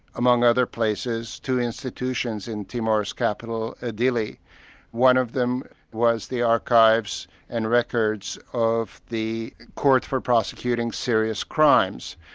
among other places, two institutions in timor's capital, ah dili. one of them was the archives and records of the court for prosecuting serious crimes.